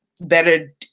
better